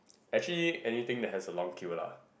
actually anything that has a long queue lah